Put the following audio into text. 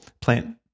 Plant